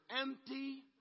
empty